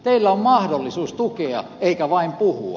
teillä on mahdollisuus tukea eikä vain puhua